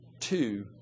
two